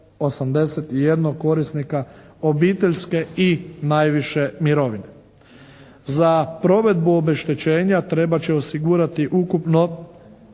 781 korisnika obiteljske i najviše mirovine. Za provedbu obeštećenja trebat će osigurati ukupno